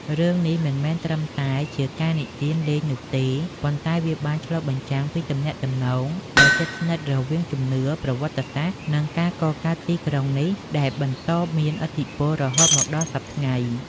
រឿងនេះមិនមែនត្រឹមតែជាការនិទានលេងនោះទេ ប៉ុន្តែវាបានឆ្លុះបញ្ចាំងពីទំនាក់ទំនងដ៏ជិតស្និទ្ធរវាងជំនឿ ប្រវត្តិសាស្ត្រ និងការកកើតទីក្រុងនេះ ដែលបន្តមានឥទ្ធិពលរហូតមកដល់សព្វថ្ងៃ។